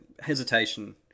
hesitation